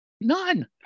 None